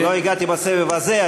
לא הגעתי בסבב הזה,